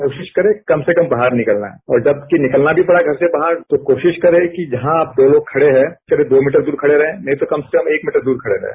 कोशिश करें कम से कम बाहर निकलना और जब कि निकलना भी पड़ा घर से बाहर तो कोशिश करें कि जहां दो लोग खड़े हैं करीब दो मीटर दूर खड़े रहें नहीं तो कम से कम एक मीटर दूर खड़े रहें